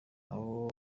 abo